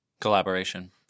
Collaboration